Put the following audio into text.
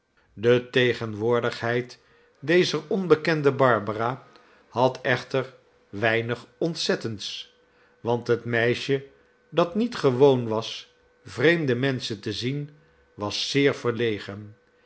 de tegenwoordigheid dezer onbekende barbara had echter weinig ontzettends want het meisje dat niet gewoon was vreemde menschen te zien was zeer verlegen